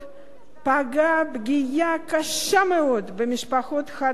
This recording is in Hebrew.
פגעה פגיעה קשה מאוד במשפחות חד-הוריות